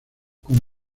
con